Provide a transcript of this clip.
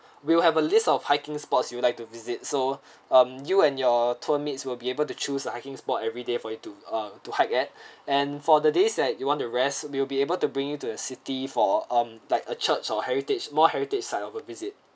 we will have a list of hiking spots you'd like to visit so um you and your tour mates will be able to choose a hiking spot everyday for you to uh to hike at and for the days that you want to rest will be able to bring you to a city for um like a church or heritage more heritage side of a visit